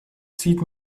sieht